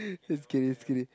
just kidding just kidding